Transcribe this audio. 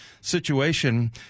situation